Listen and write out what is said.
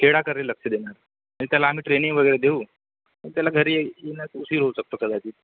खेळाकडे लक्ष देणार म्हणजे त्याला आम्ही ट्रेनिंग वगैरे देऊ मग त्याला घरी येण्यास उशीर होऊ शकतो कदाचित